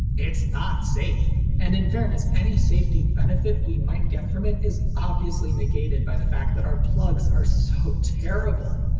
it's not safe! and in fairness, any safety benefit we might get from it is obviously negated by the fact that our plugs are so terrible.